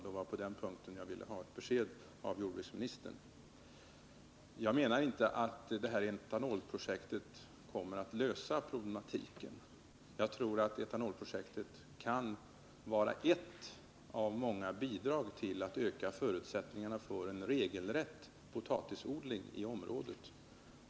Det var på den punkten som jag ville ha ett besked av jordbruksministern. Jag menar inte att det här etanolprojektet kommer att lösa problemen. Jag tror att det kan vara ett av många bidrag till att öka förutsättningarna för en regelrätt potatisodling i området.